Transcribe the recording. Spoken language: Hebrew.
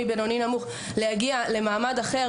בינוני נמוך להגיע למעמד אחר,